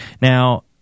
Now